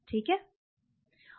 सही